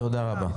תודה רבה.